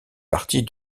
partie